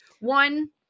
One